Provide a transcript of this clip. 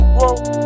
whoa